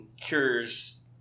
cures